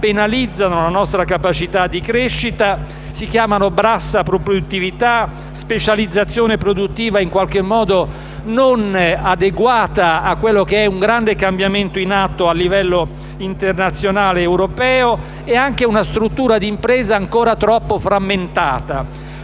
penalizzano la nostra capacità di crescita: si chiamano bassa produttività, specializzazione produttiva non adeguata a un grande cambiamento in atto a livello internazionale ed europeo e anche una struttura di impresa ancora troppo frammentata.